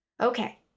Okay